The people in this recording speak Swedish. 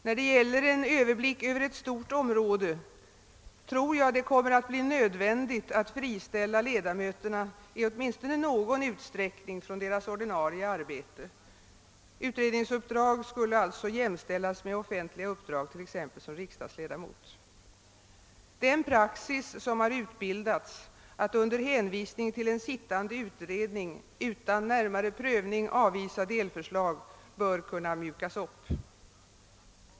Då det gäller en överblick över ett stort område torde det bli nödvändigt att friställa ledamöterna i åtminstone någon utsträckning från deras ordinarie arbete; utredningsuppdrag bör alltså jämställas med offentliga uppdrag t.ex. som riksdagsledamot. Den praxis som utbildats, att under hänvisning till en sittande utredning utan närmare prövning avvisa delförslag bör kunna uppmjukas.